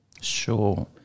Sure